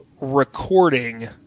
recording